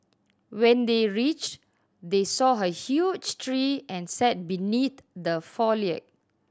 when they reached they saw a huge tree and sat beneath the foliage